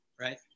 right